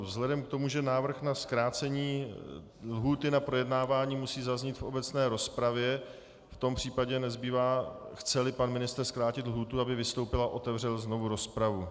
Vzhledem k tomu, že návrh na zkrácení lhůty na projednávání musí zaznít v obecné rozpravě, v tom případě nezbývá, chceli pan ministr zkrátit lhůtu, aby vystoupil a otevřel znovu rozpravu.